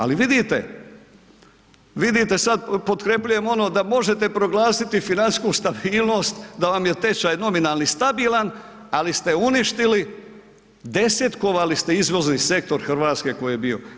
Ali vidite, vidite sad potkrepljujem ono da možete proglasiti financijsku stabilnost da vam je tečaj nominalni stabilan, ali ste uništili, desetkovali ste izvozni sektor Hrvatske koji je bio.